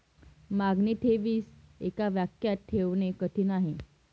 मागणी ठेवीस एका वाक्यात ठेवणे कठीण आहे